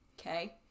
Okay